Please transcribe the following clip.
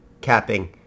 capping